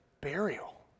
burial